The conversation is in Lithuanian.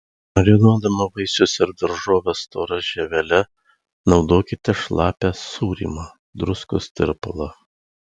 marinuodama vaisius ar daržoves stora žievele naudokite šlapią sūrymą druskos tirpalą